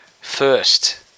First